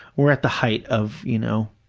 we're at the height of, you know,